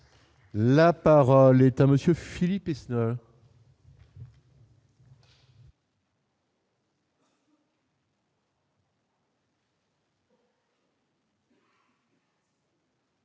La parole est à monsieur Philippe Bohn